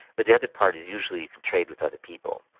but the other part is usually you can trade with other people.